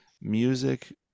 music